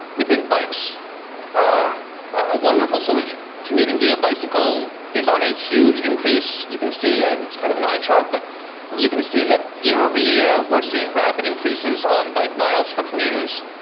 we think bikes are a wonderful solution. commuting via bicycle is on a huge increase. you can see ah it's kind of an eye chart, but you can see that year-over-year we're seeing rapid increases on bike miles for commuters.